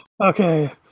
Okay